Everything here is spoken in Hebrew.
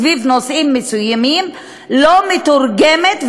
סביב נושאים מסוימים לא מתורגמת,